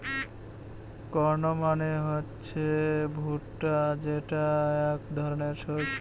corn মানে হচ্ছে ভুট্টা যেটা এক ধরনের শস্য